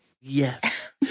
Yes